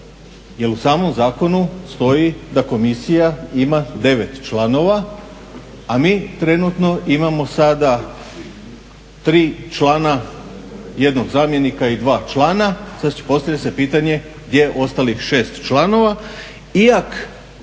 u samom zakonu stoji da komisija ima 9 članova a mi trenutno imamo sada 3 člana, jednog zamjenika i 2 člana. Znači postavlja se pitanje gdje je ostalih 6 članova.